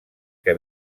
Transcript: que